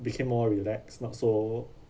became more relaxed not so